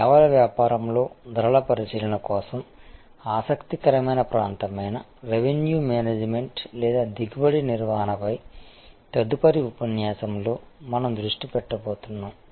సేవల వ్యాపారంలో ధరల పరిశీలన కోసం ఆసక్తికరమైన ప్రాంతమైన రెవెన్యూ మేనేజ్మెంట్ లేదా దిగుబడి నిర్వహణపై తదుపరి ఉపన్యాసంలో మనం దృష్టి పెట్టబోతున్నాం